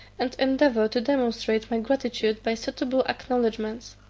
and endeavour to demonstrate my gratitude by suitable acknowedgments.